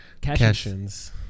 cash-ins